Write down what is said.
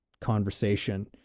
conversation